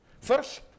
First